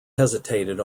hesitated